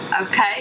Okay